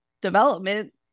development